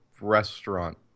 restaurant